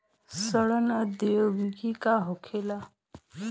सड़न प्रधौगिकी का होखे?